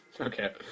Okay